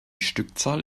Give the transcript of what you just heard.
stückzahl